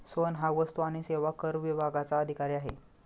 सोहन हा वस्तू आणि सेवा कर विभागाचा अधिकारी आहे